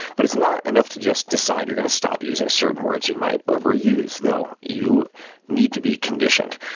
but it's not enough to just decide you're going to stop using certain words you might overuse, though. you need to be conditioned.